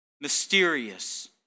mysterious